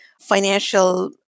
financial